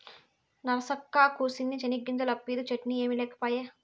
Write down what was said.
నరసక్కా, కూసిన్ని చెనిగ్గింజలు అప్పిద్దూ, చట్నీ ఏమి లేకపాయే